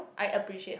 I appreciate how